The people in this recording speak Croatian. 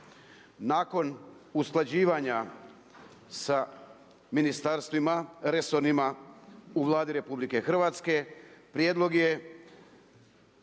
Nakon usklađivanja sa ministarstvima resornima u Vladi RH prijedlog je